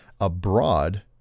abroad